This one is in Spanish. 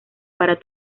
para